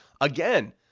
again